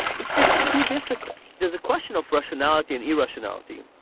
it's just too difficult. there's a question of rationality and irrationality,